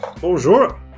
Bonjour